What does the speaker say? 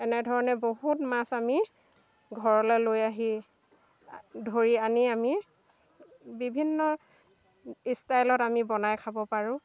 এনেধৰণে বহুত মাছ আমি ঘৰলৈ লৈ আহি ধৰি আনি আমি বিভিন্ন ইষ্টাইলত আমি বনাই খাব পাৰোঁ